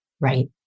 Right